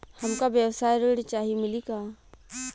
हमका व्यवसाय ऋण चाही मिली का?